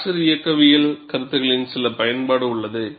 fracture இயக்கவியல் கருத்துகளின் சில பயன்பாடு உள்ளது